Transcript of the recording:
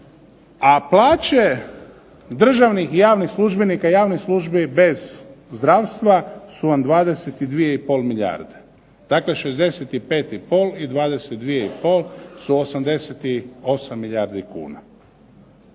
a plaće državnih i javnih službenika i javnih službi bez zdravstva su vam 22 i pol milijarde. Dakle, 65 i pol i 22 i pol su 88 milijardi kuna.